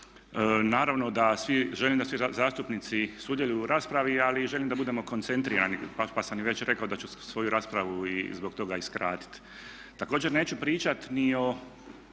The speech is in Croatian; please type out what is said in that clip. Naravno da svi, želim da svi zastupnici sudjeluju u raspravi, ali želim da budemo koncentrirani, pa sam i već rekao da ću svoju raspravu i zbog toga i skratiti. Također, neću pričati ni o